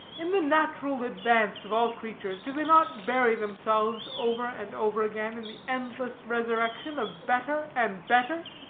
in the natural advance of all creatures, do they not bury themselves over and over again in the endless resurrection of better and better?